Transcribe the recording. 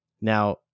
now